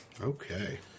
Okay